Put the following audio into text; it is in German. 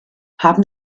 haben